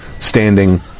standing